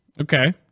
Okay